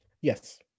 yes